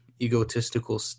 egotistical